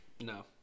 No